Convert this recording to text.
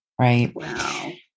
Right